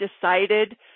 decided